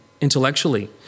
intellectually